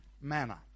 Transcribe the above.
manner